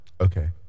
Okay